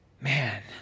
man